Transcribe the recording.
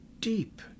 deep